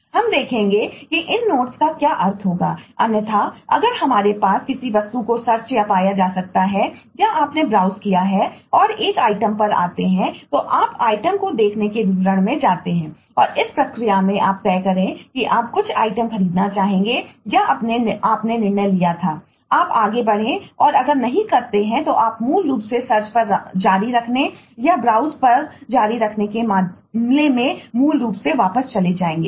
हम देखेंगे कि इन नोड्स पर जारी रखने के मामले में मूल रूप से वापस चले जाएंगे